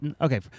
okay